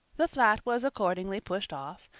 the flat was accordingly pushed off,